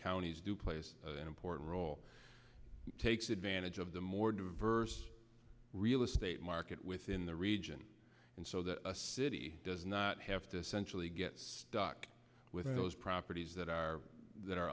counties do plays an important role takes advantage of the more diverse real estate market within the region and so the city does not have to centrally get stuck with those properties that are that are